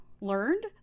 learned